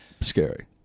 Scary